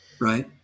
Right